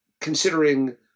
considering